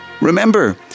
remember